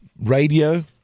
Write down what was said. radio